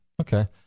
Okay